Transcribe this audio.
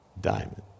diamond